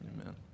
amen